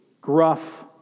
gruff